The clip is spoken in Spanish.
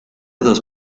dos